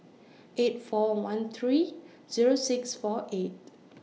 eight four one three Zero six four eight